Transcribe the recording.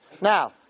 Now